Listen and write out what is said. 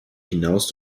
hinaus